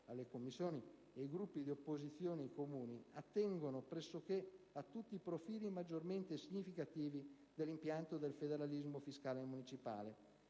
alle Commissioni, i Gruppi di opposizione e i Comuni, attengono pressoché a tutti i profili maggiormente significativi dell'impianto del federalismo fiscale municipale.